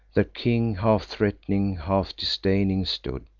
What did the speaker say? their king, half-threat'ning, half-disdaining stood,